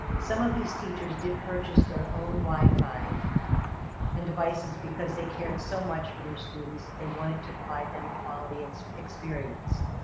some of these teachers did purchase their own wifi and devices because they cared so much for their students and they wanted to provide them quality and experience.